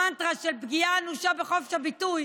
המנטרה של פגיעה אנושה בחופש הביטוי